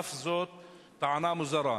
אף זאת טענה מוזרה.